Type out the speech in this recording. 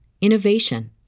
innovation